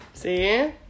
See